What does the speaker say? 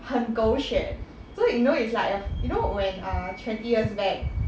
很狗血 so you know it's like err you know when err twenty years back